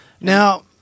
Now-